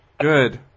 good